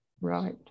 right